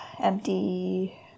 empty